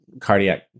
cardiac